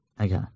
Okay